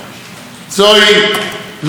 לא הייתה ולא תהיה.